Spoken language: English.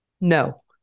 No